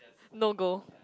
no go